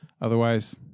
Otherwise